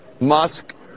Musk